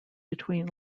between